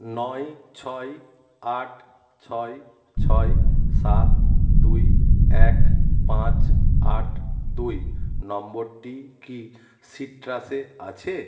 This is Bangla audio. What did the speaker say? নয় ছয় আট ছয় ছয় সাত দুই এক পাঁচ আট দুই নম্বরটি কি সিট্রাসে আছে